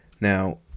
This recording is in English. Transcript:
Now